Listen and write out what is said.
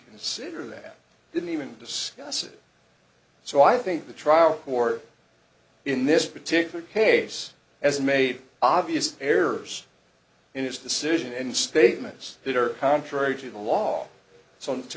consider that didn't even discuss it so i think the trial court in this particular case as made obvious errors in its decision and statements that are contrary to the law so to